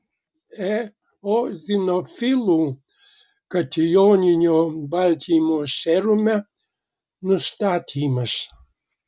eozinofilų katijoninio baltymo serume nustatymas